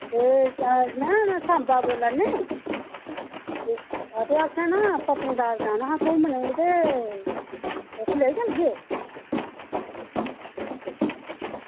ते में ना सांबा दा बोल्ला नै ते असें ना पत्नीटॉप जाना हा घुम्मनै ई ते तुस लेई चलगे